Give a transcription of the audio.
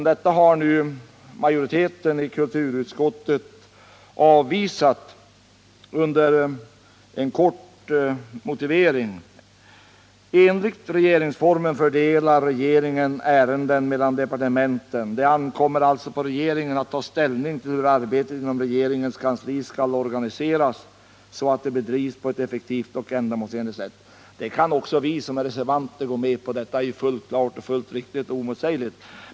Detta har nu majoriteten i kulturutskottet avvisat med en kort motivering: ”Enligt regeringsformen fördelar regeringen ärenden mellan departementen. Det ankommer alltså på regeringen att ta ställning till hur arbetet inom regeringens kansli skall organiseras så att det bedrivs på ett effektivt och ändamålsenligt sätt.” Det kan också vi som är reservanter gå med på — detta är ju fullt klart, fullt riktigt och oemotsägligt.